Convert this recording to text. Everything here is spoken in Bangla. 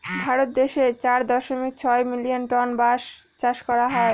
ভারত দেশে চার দশমিক ছয় মিলিয়ন টন বাঁশ চাষ করা হয়